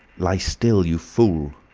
lie still, you fool!